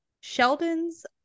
Sheldon's